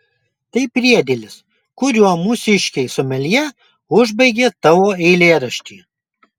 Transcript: tai priedėlis kuriuo mūsiškiai someljė užbaigė tavo eilėraštį